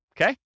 okay